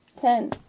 Ten